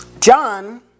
John